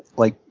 like,